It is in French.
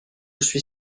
suis